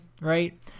right